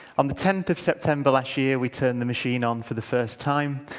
on the tenth of september last year we turned the machine on for the first time.